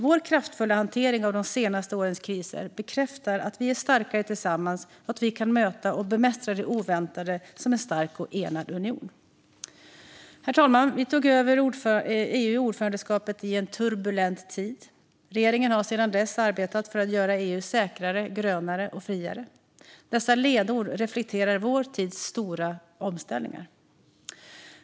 Vår kraftfulla hantering av de senaste årens kriser bekräftar att vi är starkare tillsammans och att vi kan möta och bemästra det oväntade som en stark och enad union. Herr talman! Vi tog över EU-ordförandeskapet i en turbulent tid. Regeringen har sedan dess arbetat för att göra EU säkrare, grönare och friare. Dessa ledord reflekterar vår tids stora omställningar.